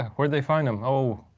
where'd they find him? oh